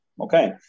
okay